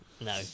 no